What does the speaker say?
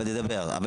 אבל תדבר,